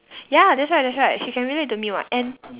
ya that's right that's right she can relate to me [what] and